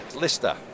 Lister